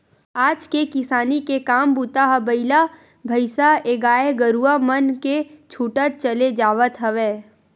आज के किसानी के काम बूता ह बइला भइसाएगाय गरुवा मन ले छूटत चले जावत हवय